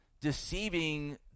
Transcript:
deceiving